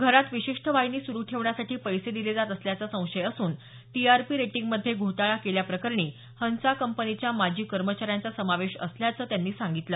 घरात विशिष्ठ वाहिनी सुरु ठेवण्यासाठी पैसे दिले जात असल्याचा संशय असून टीआरपी रेटींगमध्ये घोटाळा केल्याप्रकरणी हसा कंपनीच्या माजी कर्मचाऱ्यांचा समावेश असल्याचं त्यांनी सांगितलं